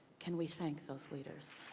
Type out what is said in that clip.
can we thank those leaders?